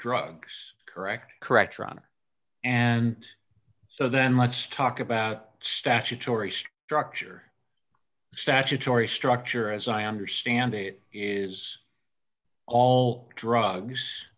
drugs correct correct ron and so then let's talk about statutory doctor statutory structure as i understand it is all drug